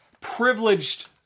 privileged